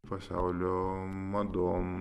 pasaulio madom